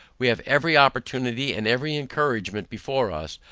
we have every opportunity and every encouragement before us,